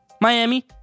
Miami